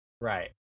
Right